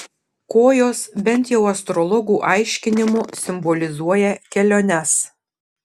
kojos bent jau astrologų aiškinimu simbolizuoja keliones